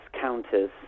counters